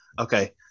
okay